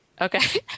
Okay